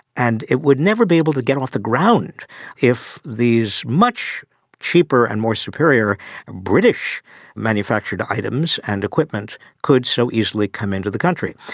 and it would never be able to get off the ground if these much cheaper and more superior british manufactured items and equipment could so easily come into the country.